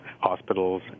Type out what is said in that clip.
hospitals